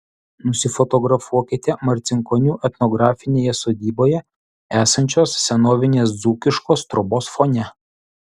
nusifotografuokite marcinkonių etnografinėje sodyboje esančios senovinės dzūkiškos trobos fone